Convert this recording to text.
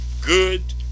good